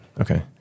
Okay